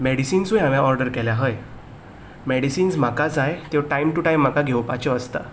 मेडिसिन्सूय हांवें ऑर्डर केल्या हय मेडिसिन्स म्हाका जाय त्यो टायम टू टायम म्हाका घेवपाच्यो आसता